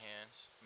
hands